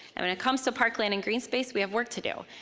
and when it comes to park land and greenspace, we have work to do.